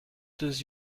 does